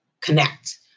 connect